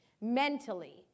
mentally